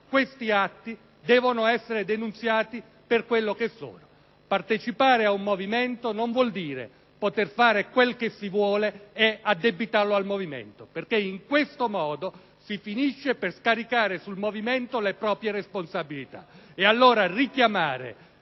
questi atti devono essere denunziati per quello che sono; partecipare ad un movimento non vuol dire poter fare quello che si vuole e addebitarlo poi al movimento. In questo modo, si finisce infatti per scaricare sul movimento le proprie responsabilità; richiamare